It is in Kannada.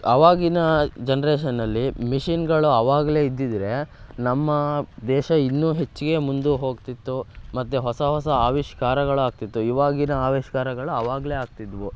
ಅವಾಗಿನ ಜನ್ರೇಷನ್ನಲ್ಲಿ ಮಿಷಿನ್ಗಳು ಅವಾಗಲೇ ಇದ್ದಿದ್ದರೆ ನಮ್ಮ ದೇಶ ಇನ್ನೂ ಹೆಚ್ಚಿಗೆ ಮುಂದೆ ಹೋಗ್ತಿತ್ತು ಮತ್ತು ಹೊಸ ಹೊಸ ಆವಿಷ್ಕಾರಗಳಾಗ್ತಿತ್ತು ಇವಾಗಿನ ಆವಿಷ್ಕಾರಗಳು ಅವಾಗಲೇ ಆಗ್ತಿದ್ದವು